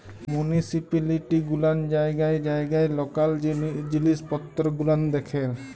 municipality গুলান জায়গায় জায়গায় লকাল জিলিস পত্তর গুলান দেখেল